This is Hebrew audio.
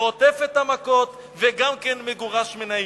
חוטף את המכות וגם מגורש מן העיר.